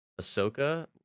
Ahsoka